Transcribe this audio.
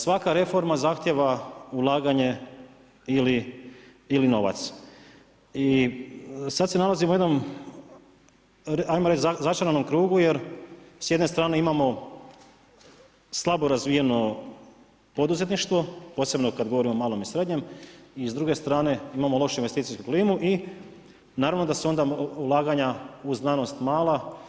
Svaka reforma zahtijeva ulaganje ili novac i sad se nalazimo u jednom začaranom krugu jer s jedne imamo slabo razvijeno poduzetništvo, posebno kad govorimo o malom i srednjem i s druge strane imamo lošu investicijsku klimu i naravno da su onda ulaganja u znanost mala.